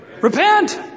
repent